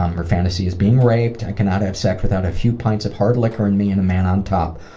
um her fantasy is being raped, i cannot have sex without a few pints of hard liquor in me and a man on top,